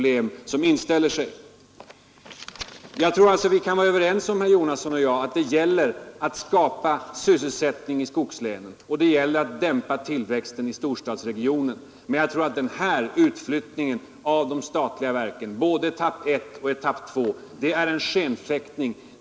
Herr Jonasson och jag kan alltså, tror jag, vara överens om att det gäller att skapa sysselsättning i skogslänen och dämpa tillväxten i storstadsregionen. Men jag menar att den här utflyttningen av de statliga verken både etapp 1 och etapp 2 är en skenfäktning.